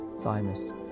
thymus